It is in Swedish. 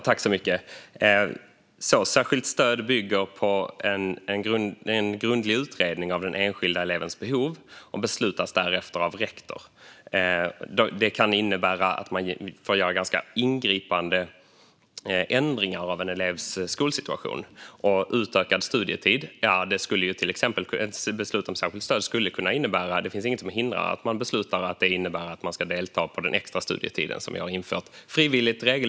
Fru talman! Särskilt stöd bygger på en grundlig utredning av den enskilda elevens behov och beslutas därefter om av rektor. Det kan innebära ganska ingripande ändringar av en elevs skolsituation. Beslut om särskilt stöd skulle till exempel kunna innebära utökad studietid. Det finns inget som hindrar att man frivilligt och regelmässigt ska delta i den extra studietiden, som vi har infört.